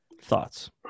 Thoughts